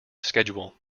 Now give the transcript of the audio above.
schedule